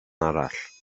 arall